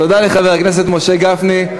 תודה לחבר הכנסת משה גפני.